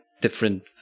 different